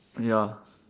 ya